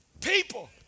people